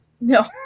No